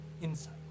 Inside